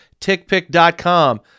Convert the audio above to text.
TickPick.com